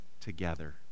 together